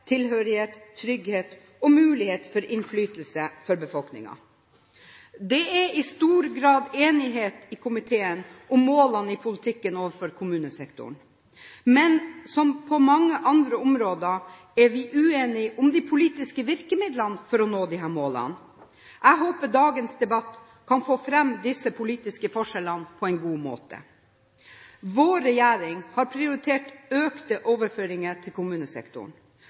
tilhørighet, trygghet og mulighet for innflytelse for befolkningen. Det er i stor grad enighet i komiteen om målene i politikken overfor kommunesektoren. Men som på mange andre områder er vi uenige om de politiske virkemidlene for å nå disse målene. Jeg håper dagens debatt kan få fram disse politiske forskjellene på en god måte. Vår regjering har prioritert økte overføringer til kommunesektoren.